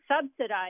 subsidized